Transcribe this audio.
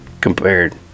compared